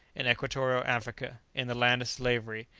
in equatorial africa! in the land of slavery!